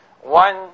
one